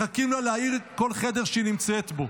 מחכים לה להאיר כל חדר שהיא נמצאת בו,